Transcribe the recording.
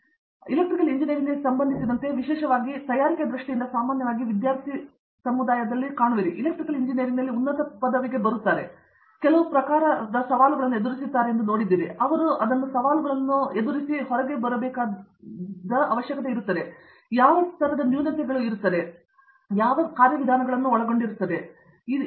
ಪ್ರತಾಪ್ ಹರಿಡೋಸ್ ಆದರೆ ಎಲೆಕ್ಟ್ರಿಕಲ್ ಇಂಜಿನಿಯರಿಂಗ್ಗೆ ಸಂಬಂಧಿಸಿದಂತೆ ವಿಶೇಷವಾಗಿ ಅವರ ತಯಾರಿಕೆಯ ದೃಷ್ಟಿಯಿಂದ ನೀವು ಸಾಮಾನ್ಯವಾಗಿ ವಿದ್ಯಾರ್ಥಿ ಸಮುದಾಯದಲ್ಲಿ ಕಾಣುವಿರಿ ಇದು ಎಲೆಕ್ಟ್ರಿಕಲ್ ಎಂಜಿನಿಯರಿಂಗ್ನಲ್ಲಿ ಉನ್ನತ ಪದವಿಗೆ ಬರುತ್ತಿದೆ ಅವರು ನಿಮಗೆ ತಿಳಿದಿರುವ ಕೆಲವು ಪ್ರಕಾರಗಳನ್ನು ಎದುರಿಸುತ್ತಾರೆ ಎಂದು ನೋಡಿದ್ದೀರಾ ಅವರು ಹೊರಬರಲು ಅಗತ್ಯವಿರುವ ನ್ಯೂನತೆಗಳು ಅವರು ಇಲ್ಲಿ ಕೆಲವು ಕಾರ್ಯವಿಧಾನಗಳನ್ನು ಒಳಗೊಂಡಿರುತ್ತವೆ ಮತ್ತು ಹಾಗಿದ್ದರೆ ಏನು